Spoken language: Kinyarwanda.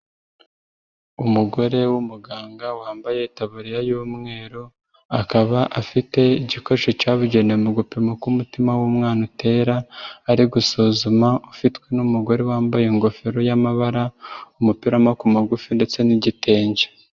Umugore w'umuganga wambaye taburiya y'umweru akaba afite igikoresho cyabugenewe gupima ko umutima w'umwana utera, ari gusuzuma ufite umugore wambaye ingofero y'amabara, umupira w'amaboko magufi ndetse n'igitenge.